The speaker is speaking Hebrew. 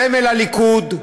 סמל הליכוד,